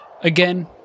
again